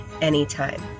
anytime